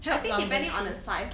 help number three